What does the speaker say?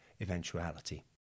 eventuality